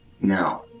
Now